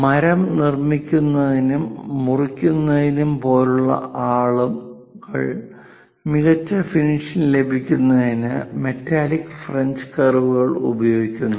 മരം നിർമ്മിക്കുന്നതിനും മുറിക്കുന്നതിനും പോലും ആളുകൾ മികച്ച ഫിനിഷ് ലഭിക്കുന്നതിന് മെറ്റാലിക് ഫ്രഞ്ച് കർവുകൾ ഉപയോഗിക്കുന്നു